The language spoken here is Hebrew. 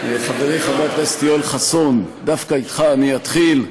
חברי חבר הכנסת יואל חסון, דווקא אתך אני אתחיל.